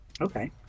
Okay